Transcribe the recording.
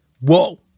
Whoa